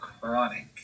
chronic